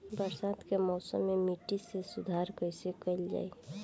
बरसात के मौसम में मिट्टी के सुधार कईसे कईल जाई?